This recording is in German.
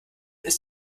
ist